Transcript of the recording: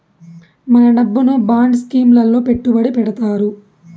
మన డబ్బును bond scheme లలో పెట్టుబడి పెడతారు